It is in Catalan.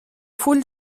full